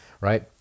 right